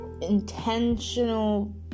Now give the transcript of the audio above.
intentional